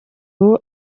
ubu